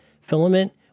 filament